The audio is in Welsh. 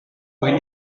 mwyn